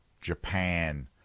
Japan